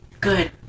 Good